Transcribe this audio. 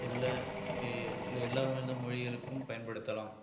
எல்ல எல்லாவித மொழிகளுக்கும் பயன்படுத்தலாம்